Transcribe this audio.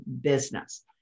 business